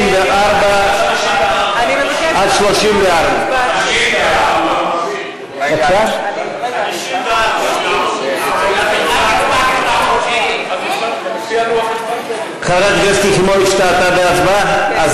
24, עד 34. 54. חברת הכנסת יחימוביץ טעתה בהצבעה?